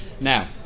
Now